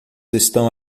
estão